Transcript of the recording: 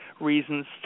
reasons